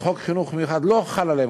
חוק חינוך מיוחד לא חל עליהם.